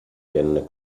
venne